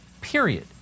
period